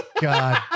God